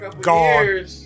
gone